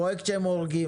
פרויקט שהם הורגים.